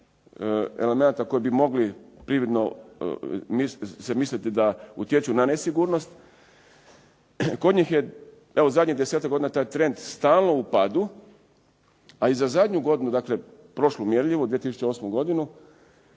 elemenata koji bi mogli prividno se misliti da utječu na nesigurnost. Kod njih je evo zadnjih desetak godina taj trend stalno u padu, a i za zadnju godinu dakle prošlu mjerljivu 2008. godinu,